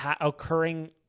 occurring